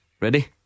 Ready